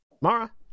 Mara